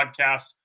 podcast